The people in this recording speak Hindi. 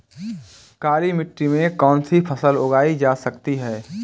काली मिट्टी में कौनसी फसल उगाई जा सकती है?